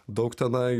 daug tenai